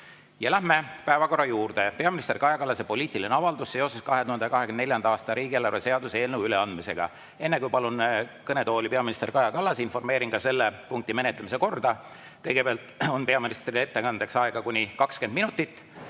Läheme päevakorra juurde. Peaminister Kaja Kallase poliitiline avaldus seoses 2024. aasta riigieelarve seaduse eelnõu üleandmisega. Enne, kui palun kõnetooli peaminister Kaja Kallase, informeerin selle punkti menetlemise korrast. Kõigepealt on peaministri ettekandeks aega kuni 20 minutit.